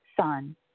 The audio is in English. son